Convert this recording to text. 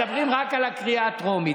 מדברים רק על הקריאה הטרומית,